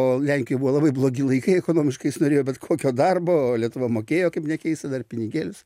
o lenkijoj buvo labai blogi laikai ekonomiškai jis norėjo bet kokio darbo o lietuva mokėjo kaip nekeista dar pinigėlius